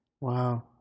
Wow